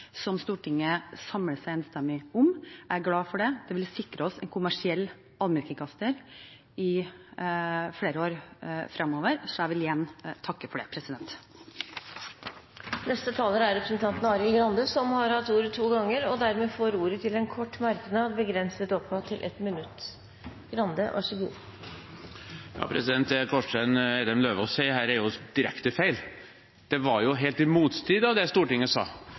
som Stortinget samles enstemmig om. Jeg er glad for det. Det vil sikre oss en kommersiell allmennkringkaster i flere år fremover, så jeg vil igjen takke for det. Representanten Arild Grande har hatt ordet to ganger tidligere i debatten og får ordet til en kort merknad, begrenset til 1 minutt. Det Kårstein Eidem Løvaas her sier, er direkte feil. Det er helt i motstrid til det Stortinget sa,